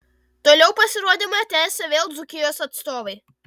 toliau pasirodymą tęsė vėl dzūkijos atstovai